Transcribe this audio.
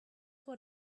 what